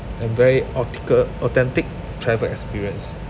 and very authentic travel experience